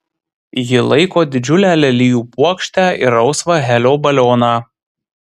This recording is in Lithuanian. ji laiko didžiulę lelijų puokštę ir rausvą helio balioną